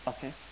Okay